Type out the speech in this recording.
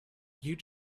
you